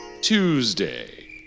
Tuesday